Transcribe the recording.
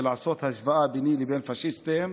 ולעשות השוואה ביני לבין פשיסטים,